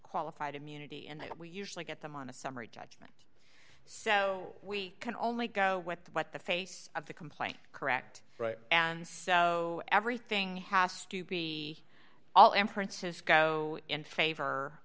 qualified immunity and we usually get them on a summary judgment so we can only go with what the face of the complaint correct right and so everything has to be all in francisco in favor